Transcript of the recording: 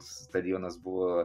stadionas buvo